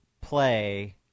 play